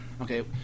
Okay